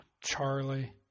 charlie